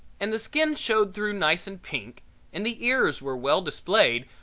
and the skin showed through nice and pink and the ears were well displayed,